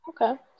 Okay